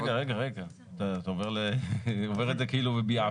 רגע, רגע, רגע, אתה אומר את זה כאילו בביעף.